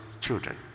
children